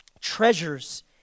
treasures